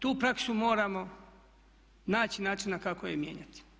Tu praksu moramo naći načina kako je mijenjati.